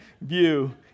view